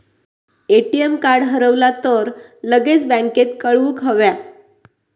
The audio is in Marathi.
ए.टी.एम कार्ड हरवला तर लगेच बँकेत कळवुक हव्या